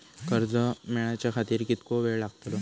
कर्ज मेलाच्या खातिर कीतको वेळ लागतलो?